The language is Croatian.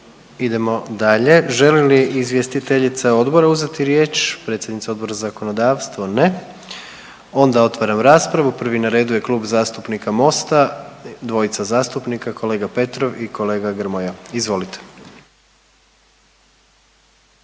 Idemo dalje, želi li izvjestiteljica odbora uzeti riječ, predsjednica Odbora za zakonodavstvo? Ne, onda otvaram raspravu. Prvi na redu je Klub zastupnika MOST-a, dvojica zastupnika kolega Petrov i kolega Grmoja. Izvolite.